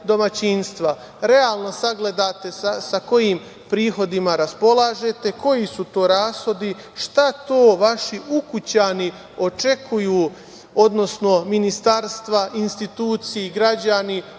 domaćinstva. Realno sagledate sa kojim prihodima raspolažete, koji su to rashodi, šta to vaši ukućani očekuju, odnosno ministarstva, institucije, građani